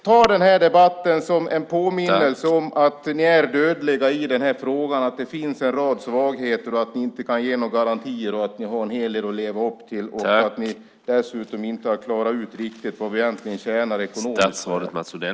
Ta den här debatten som en påminnelse om att ni är dödliga i den här frågan, att det finns en rad svagheter, att ni inte kan ge några garantier, att ni har en hel del att leva upp till och att ni dessutom inte riktigt har klarat ut vad vi egentligen tjänar ekonomiskt på det här.